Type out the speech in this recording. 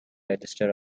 register